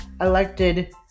elected